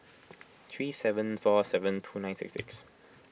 three seven four seven two nine six six